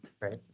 right